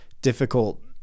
difficult